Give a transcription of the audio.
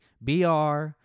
BR